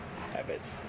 habits